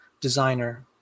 designer